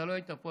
אתה לא היית פה,